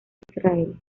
israel